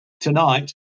tonight